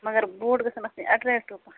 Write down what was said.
مگر بوٹ گژھن آسٕنۍ اٹرٮ۪کٹوٗ پہن